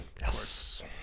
Yes